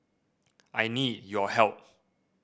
I need your help